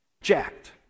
Jacked